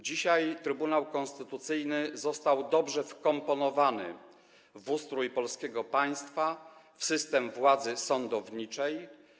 Dzisiaj Trybunał Konstytucyjny jest dobrze wkomponowany w ustrój polskiego państwa, w system władzy sądowniczej.